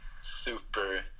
super